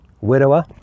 widower